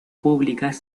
públicas